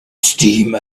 steam